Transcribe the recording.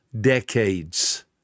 decades